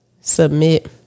Submit